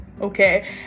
Okay